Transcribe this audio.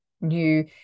new